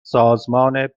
سازمان